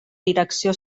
direcció